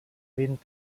vint